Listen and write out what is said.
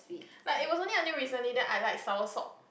like it was only until recently then I like soursop